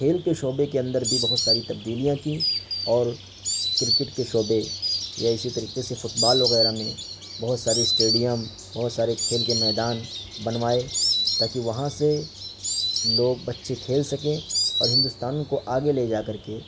کھیل کے شعبے کے اندر بہت ساری تبدیلیاں کیں اور کرکٹ کے شعبے یا اسی طریقے سے فٹ بال وغیرہ میں بہت ساری اسٹیڈیم بہت سارے کھیل کے میدان بنوائے تا کہ وہاں سے لوگ بچّے کھیل سکیں اور ہندوستان کو آگے لے جا کر کے